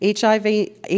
HIV